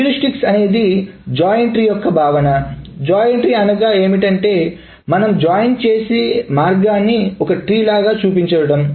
heuristics అనేది join tree యొక్క భావనజాయిన్ ట్రీ అనగా ఏమిటంటే మనం జాయిన్ చేసి మార్గాన్ని ఒక్క ట్రీ లాగా చూపించడం